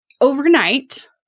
overnight